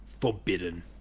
forbidden